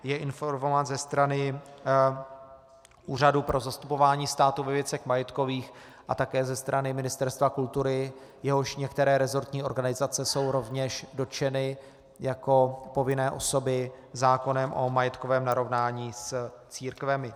Je informován ze strany Úřadu pro zastupování státu ve věcech majetkových a také ze strany Ministerstva kultury, jehož některé resortní organizace jsou rovněž dotčeny jako povinné osoby zákonem o majetkovém narovnání s církvemi.